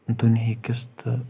دُنیہِکس تہٕ